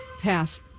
Pass